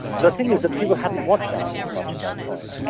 the thing is that people hadn't watched animals much at that point.